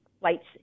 flights